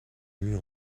mue